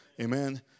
Amen